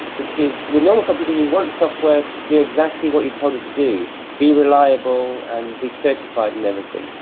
which is with normal computing you want software to do exactly what you told it to do be reliable and be certified and everything.